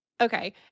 okay